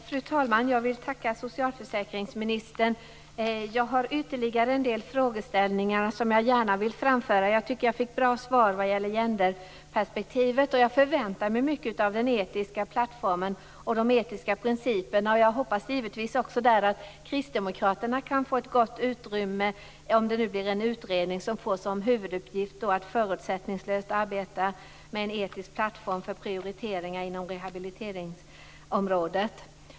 Fru talman! Jag vill tacka socialförsäkringsministern. Jag har ytterligare en del frågeställningar som jag gärna vill framföra. Jag tycker att jag fick ett bra svar vad gäller gender-perspektivet. Jag förväntar mig mycket att den etiska plattformen och de etiska principerna. Jag hoppas givetvis att Kristdemokraterna kan få ett gott utrymme om det blir en utredning som får till huvuduppgift att förutsättningslöst arbeta med en etisk plattform för prioriteringar inom rehabiliteringsområdet.